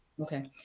Okay